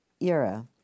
era